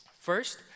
First